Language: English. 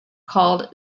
called